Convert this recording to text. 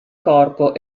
corpo